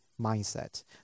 mindset